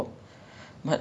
ah